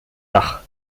dach